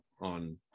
on